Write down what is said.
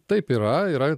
taip yra yra